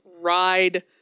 ride